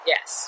Yes